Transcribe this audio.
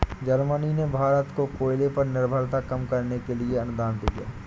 Germany ने भारत को कोयले पर निर्भरता कम करने के लिए अनुदान दिया